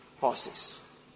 horses